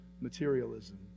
materialism